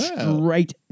straight